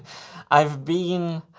i've been.